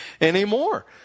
anymore